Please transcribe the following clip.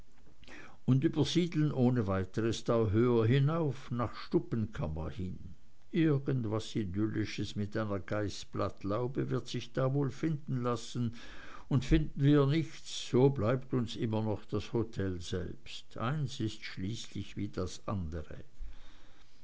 und übersiedeln ohne weiteres da höher hinauf nach stubbenkammer hin irgendwas idyllisches mit einer geißblattlaube wird sich da wohl finden lassen und finden wir nichts so bleibt uns immer noch das hotel selbst eins ist schließlich wie das andere